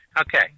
Okay